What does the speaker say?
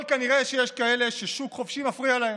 אבל כנראה שיש כאלה ששוק חופשי מפריע להם.